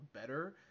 better